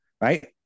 right